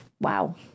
Wow